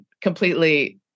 completely